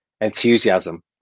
enthusiasm